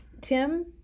tim